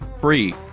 free